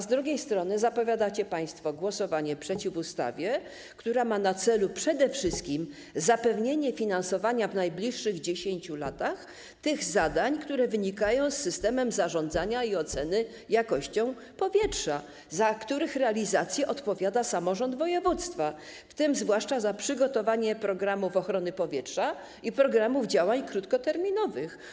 Z drugiej strony zapowiadacie państwo głosowanie przeciw ustawie, która ma na celu przede wszystkim zapewnienie finansowania w najbliższych 10 latach tych zadań, które wynikają z systemu zarządzania i oceny jakości powietrza, za których realizację odpowiada samorząd województwa, w tym zwłaszcza za przygotowanie programów ochrony powietrza i programów działań krótkoterminowych.